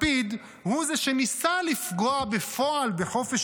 לפיד הוא זה שניסה לפגוע בפועל בחופש